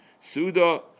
Suda